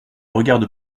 regarde